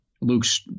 luke's